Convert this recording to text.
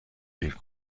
دیر